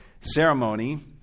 ceremony